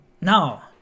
Now